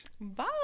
Bye